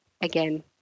again